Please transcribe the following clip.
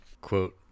Quote